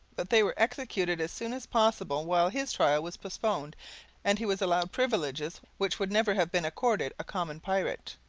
but they were executed as soon as possible while his trial was postponed and he was allowed privileges which would never have been accorded a common pirate.